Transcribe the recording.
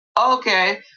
okay